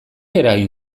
eragin